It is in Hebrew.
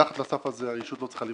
מתחת לסף הזה הישות לא צריכה להיבדק.